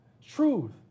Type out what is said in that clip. Truth